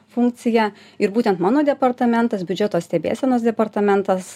funkcija ir būtent mano departamentas biudžeto stebėsenos departamentas